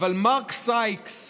אבל מרק סייקס,